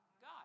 God